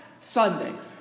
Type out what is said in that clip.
Sunday